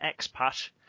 Expat